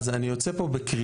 אז אני יוצא פה בקריאה,